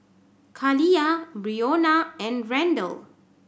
Khalilah Brionna and Randle